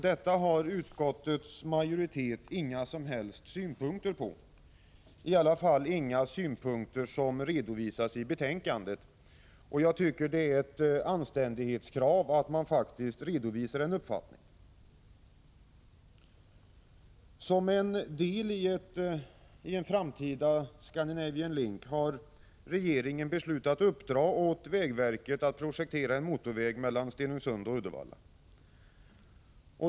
Detta har utskottets majoritet inga som helst synpunkter på, i alla fall inga synpunkter som redovisas i betänkandet. Jag tycker det är ett anständighetskrav att man redovisar en uppfattning. Som en deli en framtida Scandinavian Link har regeringen beslutat uppdra åt vägverket att projektera en motorväg mellan Stenungsund och Uddevalla.